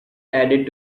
added